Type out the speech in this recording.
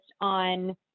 on